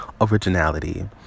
originality